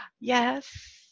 yes